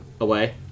Away